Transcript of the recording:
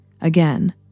Again